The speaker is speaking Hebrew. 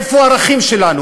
איפה הערכים שלנו?